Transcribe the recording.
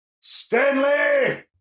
Stanley